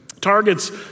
Target's